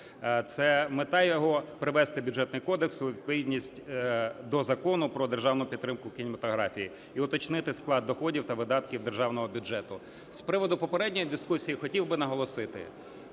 Це… Мета його привести Бюджетний кодекс у відповідність до Закону про державну підтримку кінематографії і уточнити склад доходів та видатків державного бюджету. З приводу попередньої дискусії хотів наголосити,